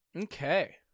Okay